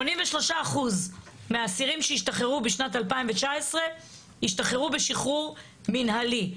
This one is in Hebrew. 83% מהאסירים שהשתחררו בשנת 2019 השתחררו בשחרור מינהלי.